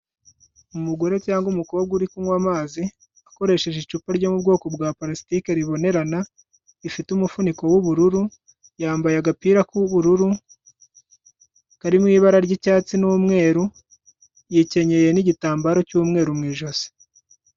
Umugore cyangwa umukobwa uri kunywa amazi, akoresheje icupa ryo mu bwoko bwa parasitiki ribonerana, rifite umufuniko w'ubururu, yambaye agapira k'ubururu karimo ibara ry'icyatsi n'umweru, yikenyeye n'igitambaro cy'umweru mu ijosi.